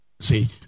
see